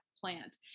plant